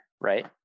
right